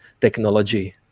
technology